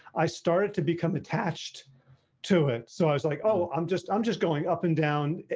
i started to become attached to it. so i was like, oh, i'm just i'm just going up and down.